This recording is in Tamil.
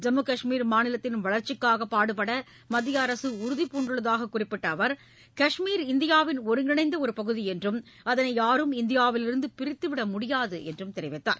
ஜம்மு கஷ்மீர் மாநிலத்தின் வளர்ச்சிக்காக பாடுபட மத்திய அரசு உறுதிபூண்டுள்ளதாக குறிப்பிட்ட அவர் கஷ்மீர் இந்தியாவின் ஒருங்கிணந்த ஒரு பகுதி என்றும் அதனை யாரும் இந்தியாவிலிருந்து பிரித்துவிட முடியாது என்றும் தெரிவித்தார்